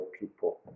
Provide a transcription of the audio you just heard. people